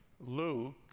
Luke